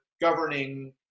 governing